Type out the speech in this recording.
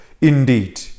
indeed